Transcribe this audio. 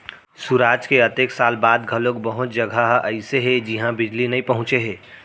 सुराज के अतेक साल बाद घलोक बहुत जघा ह अइसे हे जिहां बिजली नइ पहुंचे हे